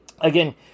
Again